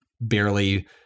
barely